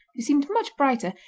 who seemed much brighter,